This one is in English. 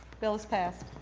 bill is passed.